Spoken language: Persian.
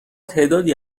تعدادی